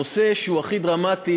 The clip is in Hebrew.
זה הנושא שהוא הכי דרמטי,